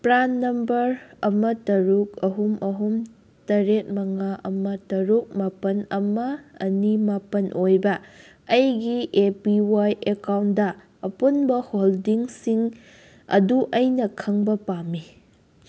PRAN number ꯑꯃ ꯇꯔꯨꯛ ꯑꯍꯨꯝ ꯑꯍꯨꯝ ꯇꯔꯦꯠ ꯃꯉꯥ ꯑꯃ ꯇꯔꯨꯛ ꯃꯥꯄꯜ ꯑꯃ ꯑꯅꯤ ꯃꯥꯄꯜ ꯑꯣꯏꯕ ꯑꯩꯒꯤ ꯑꯦ ꯄꯤ ꯋꯥꯏ ꯑꯦꯀꯥꯎꯟꯗ ꯑꯄꯨꯟꯕ ꯍꯣꯜꯗꯤꯡꯁꯤꯡ ꯑꯗꯨ ꯑꯩꯅ ꯈꯪꯕ ꯄꯥꯝꯏ